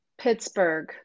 Pittsburgh